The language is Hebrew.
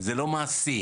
לא על ידי המערכת,